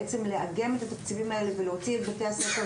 לעגן את התקציבים האלה ולהוציא את בתי הספר,